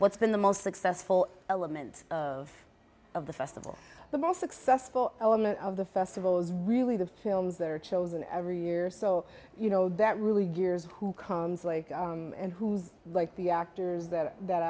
what's been the most successful element of the festival the most successful element of the festival is really the films that are chosen every year so you know that really gears who comes like and who's like the actors that that